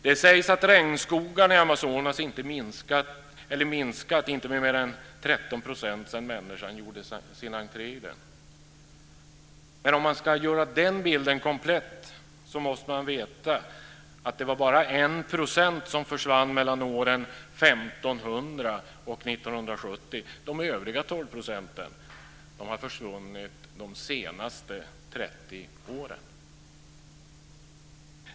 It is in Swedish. Det sägs att regnskogarna i Amazonas inte minskat med mer än 13 % sedan människan gjorde sin entré där, men om man ska göra den bilden komplett måste man veta att det försvann bara 1 % mellan åren 1500 och 1970. De övriga 12 procenten har försvunnit de senaste 30 åren.